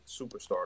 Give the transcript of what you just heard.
superstar